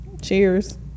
Cheers